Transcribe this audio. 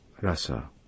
Rasa